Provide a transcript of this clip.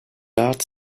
arts